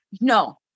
no